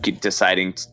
deciding